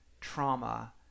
trauma